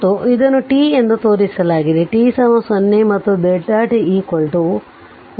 ಮತ್ತು ಇದನ್ನು t ಎಂದು ತೋರಿಸಲಾಗಿದೆ t0 ಮತ್ತು t1